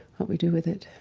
what we do with it